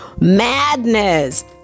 madness